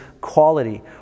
quality